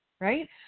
right